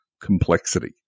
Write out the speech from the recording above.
complexity